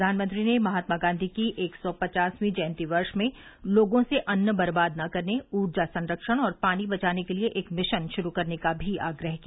प्रधानमंत्री ने महात्मा गांधी की एक सौ पचासवीं जयंती वर्ष में लोगों से अन्न बर्बाद न करने ऊर्जा संरक्षण और पानी बचाने के लिए एक मिशन शुरू करने का भी आग्रह किया